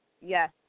Yes